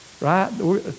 right